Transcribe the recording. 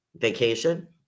vacation